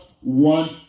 one